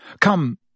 Come